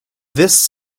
this